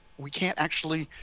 we can't actually,